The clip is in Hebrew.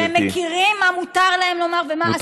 שהם יודעים מה מותר להם לומר ומה אסור להם לומר ולהגיד.